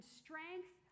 strength